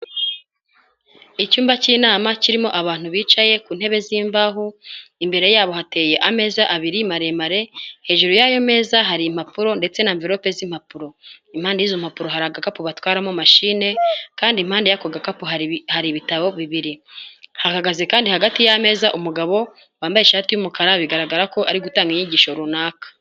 Icyumba cy'inama kirimo abantu bicaye ku ntebe z'imbaho, imbere ya bo hateye ameza abiri maremare, hejuru y'ayo meza hari impapuro ndetse na amveverolope z'immpapuro, impanpande y'izompapuro hari agakapu batwaramo machine, kandi impande y'ako gakapu hari ibitabo bibiri, hahagaze kandi umugabo wambaye ishati y'umukara bigaragara ko ari gutanga inyigisho runaka.